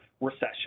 recession